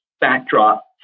backdrop